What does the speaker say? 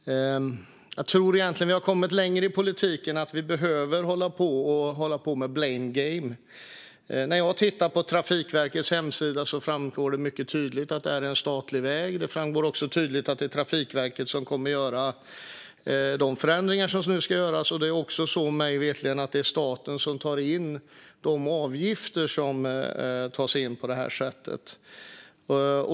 Jag trodde att vi hade kommit längre i politiken och att vi inte behövde hålla på med blame game. På Trafikverkets hemsida framgår mycket tydligt att detta är en statlig väg. Det framgår också tydligt att det är Trafikverket som kommer att göra de förändringar som nu ska göras. Mig veterligen är det också staten som tar in de avgifter som uppbärs på det här sättet.